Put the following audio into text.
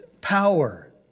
power